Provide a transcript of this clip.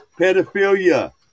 pedophilia